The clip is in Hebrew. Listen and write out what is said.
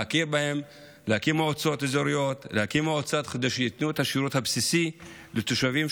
להקים מועצות אזוריות שייתנו את השירות הבסיסי לתושבים,